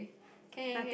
can can can